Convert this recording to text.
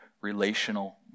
relational